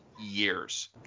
years